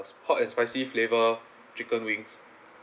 hot and spicy flavoured chicken wings